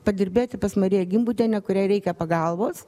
padirbėti pas mariją gimbutienę kuriai reikia pagalbos